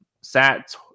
Sat